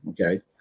okay